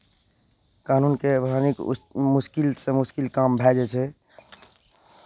कानूनके अनेक उस् मुश्किलसँ मुश्किल काम भए जाइ छै